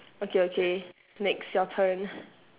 okay okay next your turn